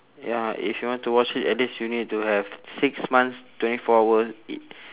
ya if you want to watch it at least you need to have six months twenty four hour i~